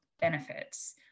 benefits